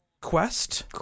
Quest